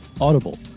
Audible